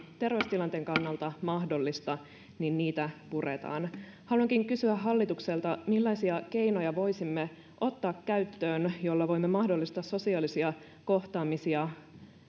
terveystilanteen kannalta mahdollista niitä puretaan haluankin kysyä hallitukselta millaisia keinoja voisimme ottaa käyttöön joilla voimme mahdollistaa sosiaalisia kohtaamisia